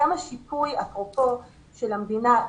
גם השיפוי של המדינה,